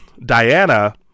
Diana